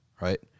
right